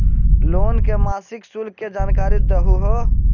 Loan के मासिक शुल्क के जानकारी दहु हो?